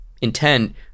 intent